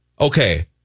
okay